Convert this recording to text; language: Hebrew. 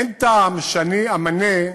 אין טעם שאני אמנה,